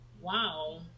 Wow